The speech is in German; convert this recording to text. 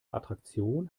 attraktion